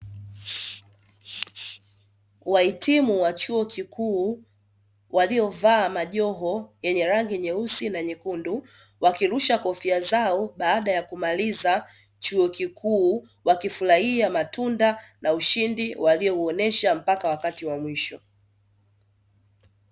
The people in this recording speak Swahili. Wahitimu wa chuo kikuu waliovaa majoho yenye rangi nyeusi na nyekundu, wakirusha kofia zao baada ya kumaliza chuo kikuu wakifurahia matunda na ushindi waliouonyesha mpaka wakati wa mwisho.